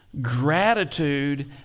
gratitude